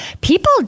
people